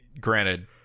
Granted